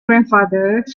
grandfather